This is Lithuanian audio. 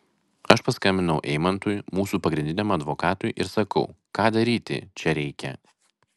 aš paskambinau eimantui mūsų pagrindiniam advokatui ir sakau ką daryti čia reikia